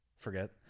Forget